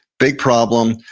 big problem.